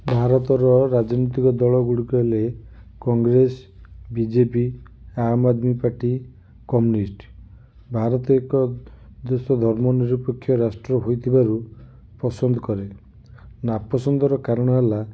ଭାରତ ର ରାଜନୈତିକ ଦଳ ଗୁଡ଼ିକ ହେଲେ Congress BJP Aam Aadmi party communist Bharat ଏକ ଦେଶ ଧର୍ମ ନିରପେକ୍ଷ ରାଷ୍ଟ୍ର ହୋଇଥିବାରୁ ପସନ୍ଦ କରେ ନାପସନ୍ଦ ର କାରଣ ହେଲା